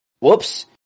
Whoops